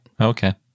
Okay